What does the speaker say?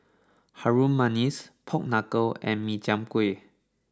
Harum Manis Pork Knuckle and Min Chiang Kueh